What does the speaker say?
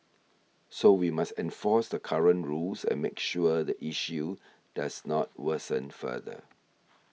so we must enforce the current rules and make sure the issue does not worsen further